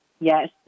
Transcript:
Yes